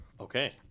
Okay